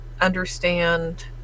understand